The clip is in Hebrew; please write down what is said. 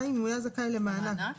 מענק?